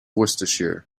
worcestershire